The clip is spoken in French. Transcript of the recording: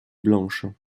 blanches